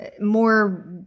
more